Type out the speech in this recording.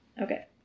Okay